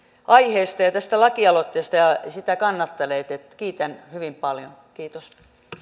aiheesta ja tästä lakialoitteesta ja sitä kannattaneet että kiitän hyvin paljon kiitos